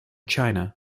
china